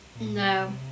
No